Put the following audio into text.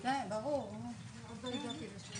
מה כתוב בסעיף